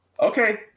Okay